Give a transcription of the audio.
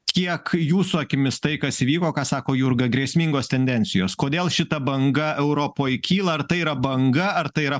kiek jūsų akimis tai kas įvyko ką sako jurga grėsmingos tendencijos kodėl šita banga europoj kyla ar tai yra banga ar tai yra